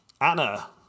Anna